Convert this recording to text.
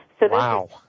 Wow